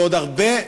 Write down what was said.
ועוד הרבה,